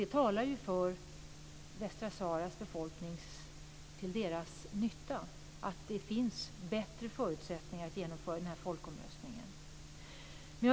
Det talar ju till Västsaharas befolknings fördel att det finns bättre förutsättningar att genomföra folkomröstningen.